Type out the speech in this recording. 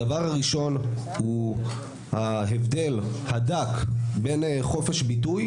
הדבר הראשון הוא ההבדל הדק בין חופש ביטוי,